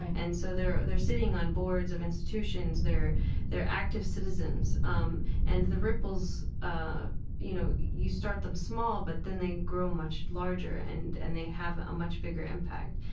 and so they're they're sitting on boards of institutions they're they're active citizens, um and the ripples, ah you know, you start them small, but then they grow much larger and and they have a much bigger impact.